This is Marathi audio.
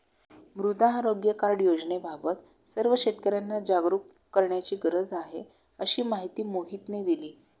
मृदा आरोग्य कार्ड योजनेबाबत सर्व शेतकर्यांना जागरूक करण्याची गरज आहे, अशी माहिती मोहितने दिली